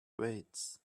weights